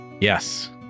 yes